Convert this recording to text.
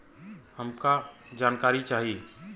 हमका जानकारी चाही?